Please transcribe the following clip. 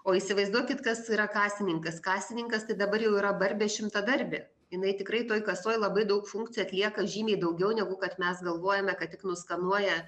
o įsivaizduokit kas yra kasininkas kasininkas tai dabar jau yra barbė šimtadarbė jinai tikrai toj kasoj labai daug funkcijų atlieka žymiai daugiau negu kad mes galvojame kad tik nuskanuoja